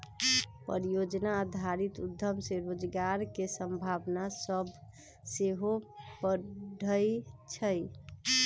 परिजोजना आधारित उद्यम से रोजगार के संभावना सभ सेहो बढ़इ छइ